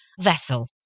vessel